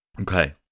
Okay